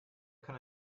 kann